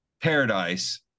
paradise